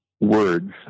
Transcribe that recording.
words